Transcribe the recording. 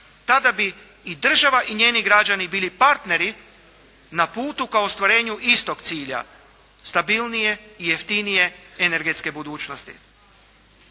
tada bi i država i njeni građani bili partneri na putu ka ostvarenju istog cilja stabilnije i jeftinije energetske budućnosti.